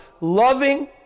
loving